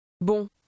Bon